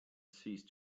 cease